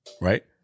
right